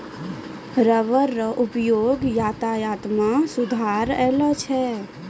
rubber रो उपयोग यातायात मे सुधार अैलौ छै